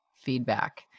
feedback